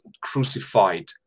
crucified